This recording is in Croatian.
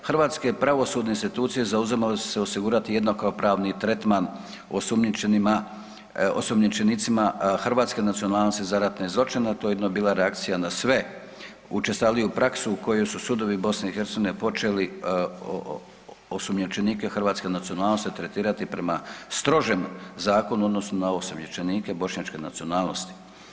Hrvatske pravosudne institucije zauzimale su se osigurati jednakopravni tretman osumnjičenima, osumnjičenicima hrvatske nacionalnosti za ratne zločine, a to je ujedno bila reakcija na sve učestaliju praksu u kojoj su sudovi BiH počeli osumnjičenike hrvatske nacionalnosti tretirati prema strožem zakonu odnosno na osumnjičenike bošnjačke nacionalnosti.